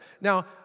Now